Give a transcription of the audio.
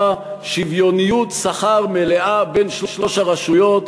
שוויוניות שכר מלאה בין שלוש הרשויות.